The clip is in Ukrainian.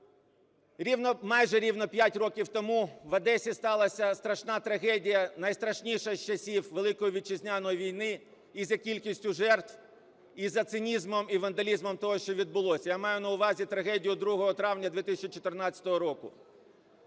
майже рівно, 5 років тому в Одесі сталася страшна трагедія, найстрашніша з часів Великої Вітчизняної війни і за кількістю жертв, і за цинізмом, і вандалізмом того, що відбулося. Я маю на увазі трагедію 2 травня 2014 року.